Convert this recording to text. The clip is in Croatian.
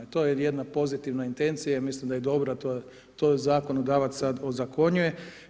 I to je jedna pozitivna intencija i ja mislim da je dobra, to je zakonodavac sad ozakonjuje.